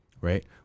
right